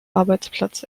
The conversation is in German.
arbeitsplatz